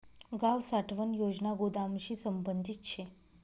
गाव साठवण योजना गोदामशी संबंधित शे